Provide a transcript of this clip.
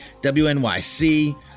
WNYC